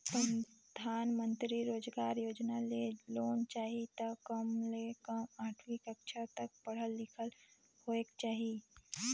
परधानमंतरी रोजगार योजना ले लोन चाही त कम ले कम आठवीं कक्छा तक पढ़ल लिखल होएक चाही